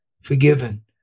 forgiven